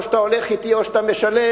או שאתה הולך אתי או שאתה משלם.